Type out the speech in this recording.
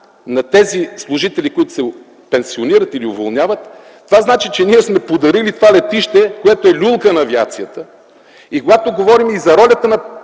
на тези служители, които се пенсионират или уволняват, това значи, че ние сме подарили това летище, което е люлка на авиацията. Когато говорим за ролята на